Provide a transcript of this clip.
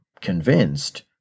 convinced